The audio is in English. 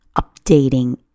updating